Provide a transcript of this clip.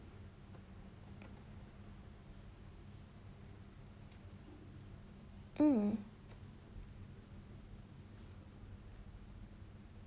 mm